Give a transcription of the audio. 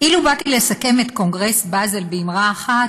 אילו באתי לסכם את קונגרס באזל באמרה אחת